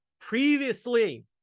previously